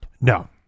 No